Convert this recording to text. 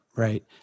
Right